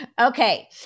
Okay